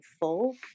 full